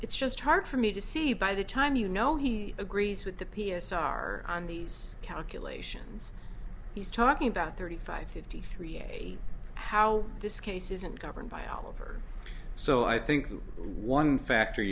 it's just hard for me to see by the time you know he agrees with the p s r on these calculations he's talking about thirty five fifty three a how this case isn't governed by oliver so i think the one factor